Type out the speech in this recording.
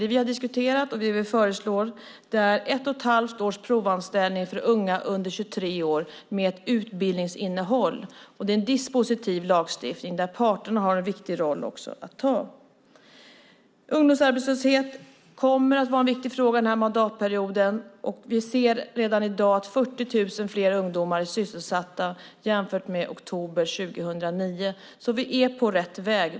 Det vi har diskuterat och det vi föreslår är ett och ett halvt års provanställning med ett utbildningsinnehåll för unga under 23 år. Det är en dispositiv lagstiftning. Parterna har också en viktig roll där. Ungdomsarbetslösheten kommer att vara en viktig fråga under den här mandatperioden. Redan i dag ser vi att 40 000 fler ungdomar är sysselsatta än i oktober 2009 så vi är på rätt väg.